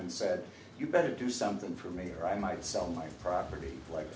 and said you better do something for me or i might sell my property like